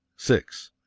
six.